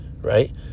right